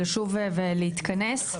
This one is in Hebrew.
לשוב ולהתכנס.